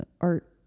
art